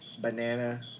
Banana